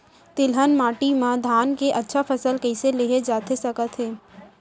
तिलहन माटी मा धान के अच्छा फसल कइसे लेहे जाथे सकत हे?